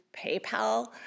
PayPal